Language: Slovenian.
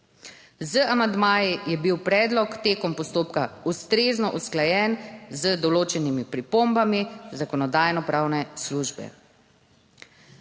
Z amandmaji je bil predlog tekom postopka ustrezno usklajen z določenimi pripombami Zakonodajno-pravne službe.